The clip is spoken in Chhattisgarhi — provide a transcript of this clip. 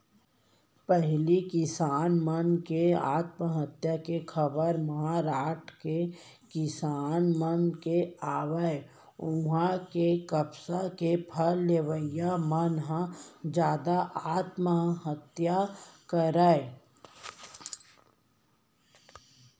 पहिली किसान मन के आत्महत्या के खबर महारास्ट के किसान मन के आवय उहां के कपसा के फसल लेवइया मन ह जादा आत्महत्या करय